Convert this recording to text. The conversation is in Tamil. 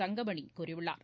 தங்கமணி கூறியுள்ளார்